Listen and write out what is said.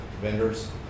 vendors